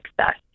success